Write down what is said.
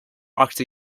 rocked